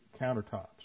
countertops